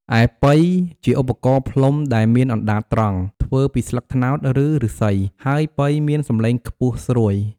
ឯប៉ី ជាឧបករណ៍ផ្លុំដែលមានអណ្តាតត្រង់ ធ្វើពីស្លឹកត្នោត ឬឫស្សី ហើយប៉ីមានសំឡេងខ្ពស់ស្រួយ។